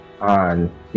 on